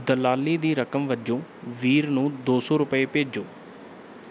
ਦਲਾਲੀ ਦੀ ਰਕਮ ਵਜੋਂ ਵੀਰ ਨੂੰ ਦੋ ਸੌ ਰੁਪਏ ਭੇਜੋ